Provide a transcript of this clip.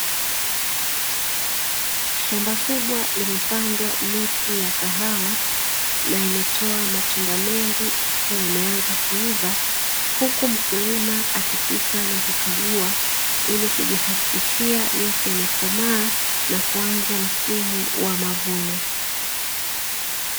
Shamba kubwa lililopandwa miti ya kahawa na imetoa matunda mengi ikiwa yameanza kuiva, huku mkulima akipita na kukagua ili kujihakikishia yote yamekomaa na kuanza msimu wa mavuno.